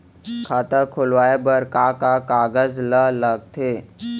खाता खोलवाये बर का का कागज ल लगथे?